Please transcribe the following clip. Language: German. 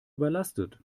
überlastet